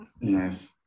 Nice